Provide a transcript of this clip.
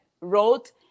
wrote